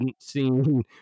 seen